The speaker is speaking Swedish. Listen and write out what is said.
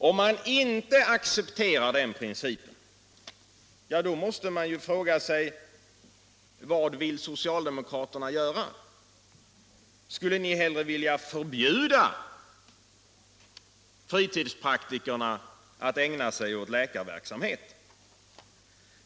Om socialdemokraterna inte accepterar den principen måste man ju fråga sig: Vad vill socialdemokraterna göra? Skulle ni hellre vilja förbjuda fritidspraktikerna att ägna sig åt läkarverksamhet?